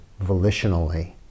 volitionally